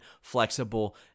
flexible